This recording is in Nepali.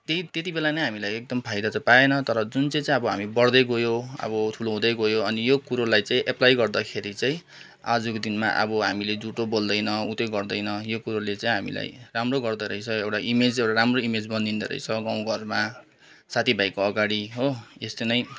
त्यही त्यत्ति बेला नै हामीलाई एकदम फाइदा चाहिँ पाएन तर जुन चाहिँ चाहिँ हामी बढ्दै गयौँ अब ठुलो हुँदै गयौँ अनि यो कुरोलाई चाहिँ एप्पलाइ गर्दाखेरि चाहिँ आजको दिनमा अब हामीले झुठो बोल्दैन उ त्यो गर्दैन यो कुरोले चाहिँ अब हामीलाई राम्रो गर्दोरहेछ एउटा इमेज एउटा राम्रो इमेज बनिँदोरहेछ गाउँघरमा साथीभाइको अगाडि हो यस्तो नै